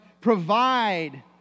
provide